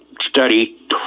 study